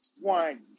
one